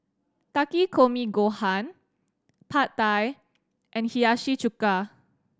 Takikomi Gohan Pad Thai and Hiyashi Chuka